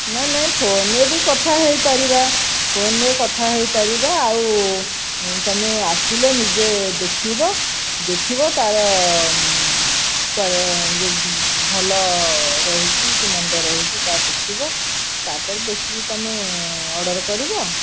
ନାଇଁ ନାଇଁ ଫୋନ୍ରେ ବି କଥା ହୋଇପାରିବା ଫୋନ୍ରେ ବି କଥା ହୋଇପାରିବା ଆଉ ତୁମେ ଆସିଲେ ନିଜେ ଦେଖିବ ଦେଖିବ ତା'ର ଯେଉଁ ଭଲ ରହୁଛି କି ମନ୍ଦ ରହୁଛି ତାହା ଦେଖିବ ତା'ପରେ ଦେଖିକି ତୁମେ ଅର୍ଡ଼ର୍ କରିବ